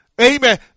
amen